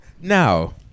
Now